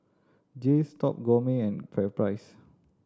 Jays Top Gourmet and FairPrice